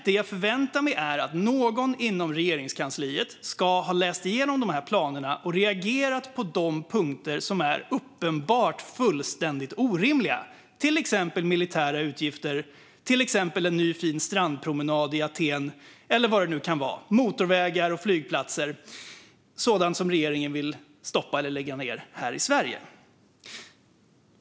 Det jag förväntar mig är att någon inom Regeringskansliet ska ha läst igenom de här planerna och reagerat på de punkter som uppenbart är fullständigt orimliga, till exempel militära utgifter, en ny fin strandpromenad i Aten eller vad det nu kan vara - motorvägar och flygplatser, sådant som regeringen vill stoppa eller lägga ned här i Sverige.